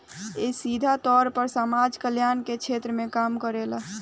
इ सीधा तौर पर समाज कल्याण के क्षेत्र में काम करेला